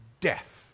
death